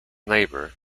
neighbour